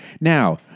now